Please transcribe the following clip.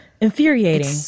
infuriating